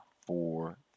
four